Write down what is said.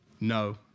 no